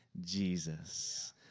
Jesus